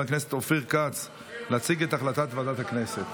הכנסת אופיר כץ להציג את הודעת ועדת הכנסת.